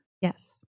yes